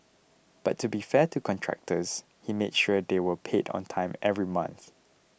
but to be fair to contractors he made sure they were paid on time every month